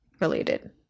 related